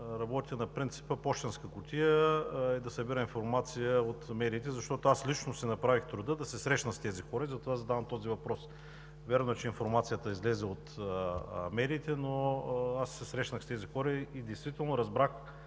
работи на принципа „пощенска кутия“ и събира информация от медиите, защото лично си направих труда да се срещна с тези хора и затова задавам този въпрос. Вярно е, че информацията излезе от медиите, но аз се срещнах с тези хора и действително разбрах